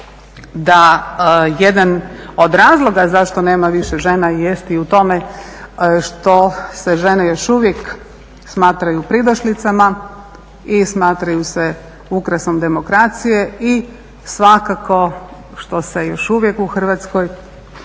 da jedan od razloga zašto nema više žena jest i u tome što se žene još uvijek smatraju pridošlicama i smatraju se ukrasom demokracije i svakako što se još uvijek u Hrvatskoj